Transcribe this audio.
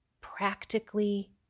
practically